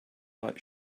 light